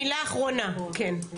מילה אחרונה, כן?